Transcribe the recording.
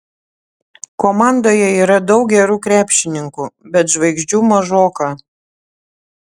komandoje yra daug gerų krepšininkų bet žvaigždžių mažoka